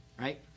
right